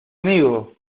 amigo